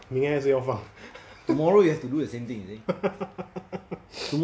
明天还是要放